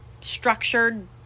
structured